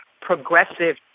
progressive